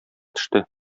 төште